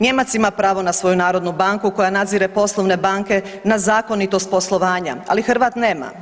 Nijemac ima pravo na svoju narodnu banku koja nadzire poslove banke na zakonitost poslovanja, ali Hrvat nema.